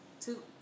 two